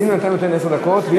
תתחיל עם עשר דקות.